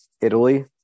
Italy